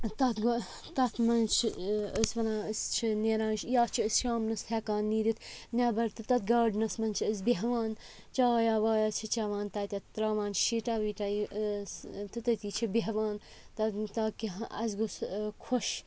تَتھ تَتھ منٛز چھِ أسۍ وَنان أسۍ چھِ نیران یا چھِ أسۍ شامنَس ہٮ۪کان نیٖرِتھ نٮ۪بَر تہِ تَتھ گاڈنَس منٛز چھِ أسۍ بیٚہوان چایَہ وایَہ چھِ چٮ۪وان تَتٮ۪تھ ترٛاوان شیٖٹَہ ویٖٹَہ یہِ تہٕ تٔتی چھِ بیٚہوان تا تاکہِ اَسہِ گوٚژھ خۄش